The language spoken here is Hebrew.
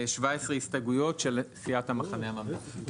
17 הסתייגויות של סיעת המחנה הממלכתי.